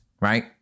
Right